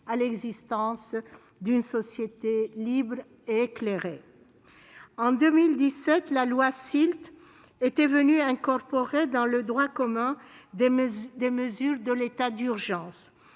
à l'existence d'une société libre et éclairée. En 2017, la loi SILT avait incorporé dans le droit commun des mesures de l'état d'urgence.